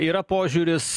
yra požiūris